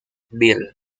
bill